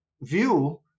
view